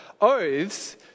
oaths